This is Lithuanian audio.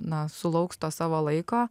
na sulauks to savo laiko